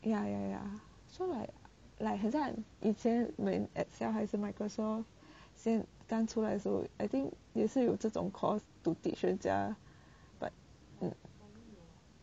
ya ya ya so like like 很像以前 when excel 还是 microsoft 先刚出来的时候 I think 也是有这种 course to teach 人家 but